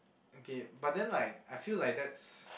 okay but then like I feel like that's